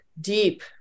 deep